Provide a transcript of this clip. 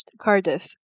Cardiff